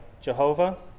Jehovah